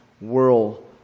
world